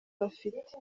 bafite